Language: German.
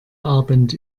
abend